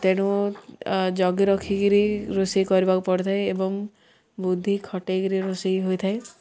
ତେଣୁ ଜଗି ରଖିକିରି ରୋଷେଇ କରିବାକୁ ପଡ଼ିଥାଏ ଏବଂ ବୁଦ୍ଧି ଖଟେଇକିରି ରୋଷେଇ ହୋଇଥାଏ